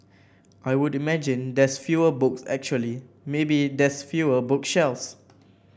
I would imagine there's fewer books actually maybe there's fewer book shelves